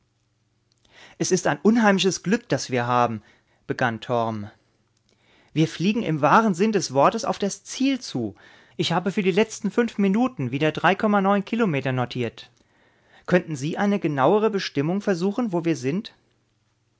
es ist ein unheimliches glück das wir haben begann torm wir fliegen im wahren sinn des worts auf das ziel zu ich habe für die letzten fünf minuten wieder drei kilometer notiert könnten sie eine genauere bestimmung versuchen wo wir sind